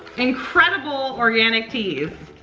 incredible organic teas.